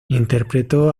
interpretó